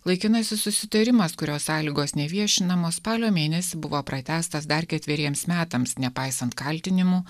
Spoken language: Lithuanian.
laikinasis susitarimas kurio sąlygos neviešinamos spalio mėnesį buvo pratęstas dar ketveriems metams nepaisant kaltinimų